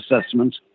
assessment